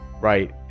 right